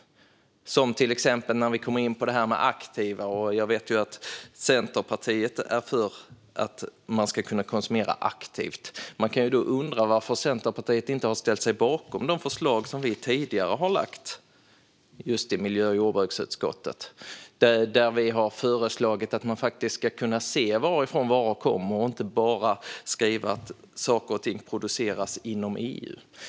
Jag vet till exempel att Centerpartiet är för att konsumenter ska kunna konsumera aktivt. Man kan då undra varför Centerpartiet inte har ställt sig bakom de förslag som vi tidigare har lagt fram i miljö och jordbruksutskottet, där vi har föreslagit att det ska gå att se varifrån varor kommer och att det inte bara ska stå att saker och ting produceras inom EU.